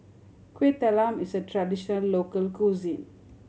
Kueh Talam is a traditional local cuisine